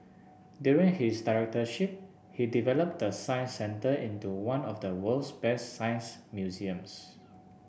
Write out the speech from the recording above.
during his directorship he developed the Science Centre into one of the world's best science museums